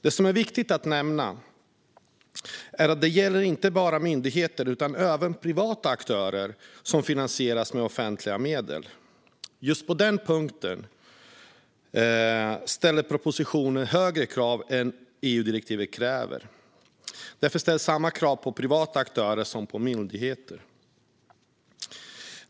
Det som är viktigt att nämna är att det inte bara gäller myndigheter utan även privata aktörer som finansieras med offentliga medel. Just på den punkten ställer propositionen högre krav än EU-direktivet kräver. Därför ställs samma krav på privata aktörer som på myndigheter.